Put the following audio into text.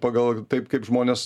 kai pagal taip kaip žmonės